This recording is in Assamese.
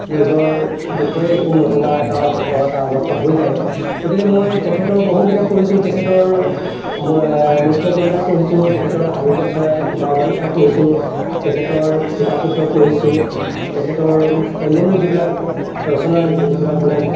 নিজৰ বিষয়ে একো নজনা এটা অৱস্থা এটা হৈ যায় গতিকে মই তেখেতৰ বহু কিতাপ পঢ়িছোঁ তেখেতৰ মৎস্যগন্ধা পঢ়িছোঁ তেখেতৰ হালধীয়া চৰায়ে বাওধান খায় পঢ়িছোঁ তেখেতৰ পিতাপুত্ৰ পঢ়িছোঁ তেখেতৰ অন্যান্য যিবিলাক ৰচনাৰ যিবিলাক মানে